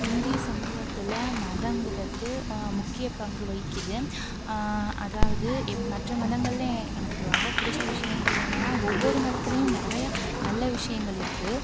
இந்திய சமூகத்தில் மதங்கிறது முக்கிய பங்கு வகிக்குது அதாவது மற்ற மதங்களில் எனக்கு ரொம்ப பிடித்த விஷயங்கள் என்னன்னால் ஒவ்வொரு மதத்திலையும் நிறைய நல்ல விஷயங்கள் இருக்குது